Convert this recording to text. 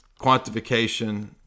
quantification